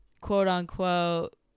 quote-unquote